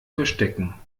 verstecken